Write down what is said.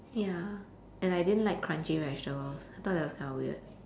ya and I didn't like crunchy vegetables I thought that was kind of weird